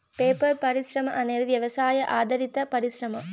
paper పరిశ్రమ అనేది వ్యవసాయ ఆధారిత పరిశ్రమ